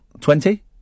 Twenty